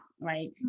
right